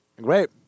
Great